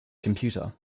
computer